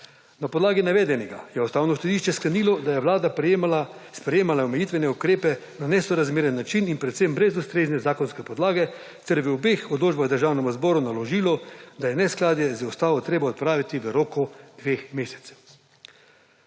Na podlagi navedenega je Ustavno sodišče sklenilo, da je Vlada sprejemala omejitvene ukrepe na nesorazmeren način in predvsem brez ustrezne zakonske podlage ter v obeh odločbah Državnemu zboru naložilo, da je neskladje z ustavo treba odpraviti v roku dveh mesecev.